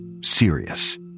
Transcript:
serious